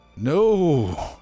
No